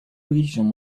region